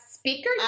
Speaker